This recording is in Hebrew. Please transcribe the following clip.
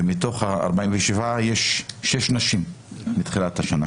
ומתוך ה-47 יש שש נשים מתחילת השנה,